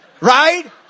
Right